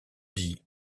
dit